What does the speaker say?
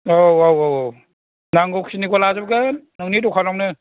औ औ औ नांगौखिनिखौ लाजोबगोन नोंनि दखानावनो